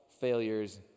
failures